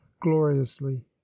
gloriously